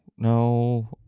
No